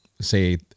say